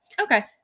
Okay